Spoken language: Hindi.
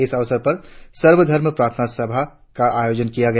इस अवसर पर सर्वधर्म प्रार्थना सभा का आयोजन किया गया